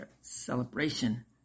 celebration